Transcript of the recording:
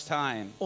time